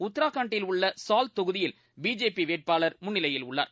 உத்ராகண்ட்டில் உள்ள சால்ட் தொகுதியில் பிஜேபி வேட்பாளர் முன்னிலையில் உள்ளார்